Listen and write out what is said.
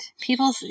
People